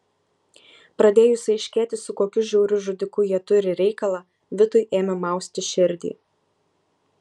pradėjus aiškėti su kokiu žiauriu žudiku jie turi reikalą vitui ėmė mausti širdį